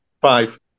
five